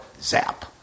zap